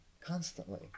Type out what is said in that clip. constantly